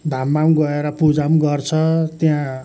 धाममा पनि गएर पूजा पनि गर्छ त्यहाँ